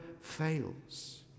fails